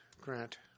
grant